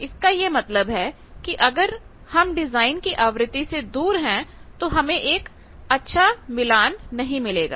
इसका यह मतलब है कि अगर हम डिजाइन की आवृत्ति से दूर हैं तो हमें एक अच्छा मिलान नहीं मिलेगा